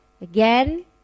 Again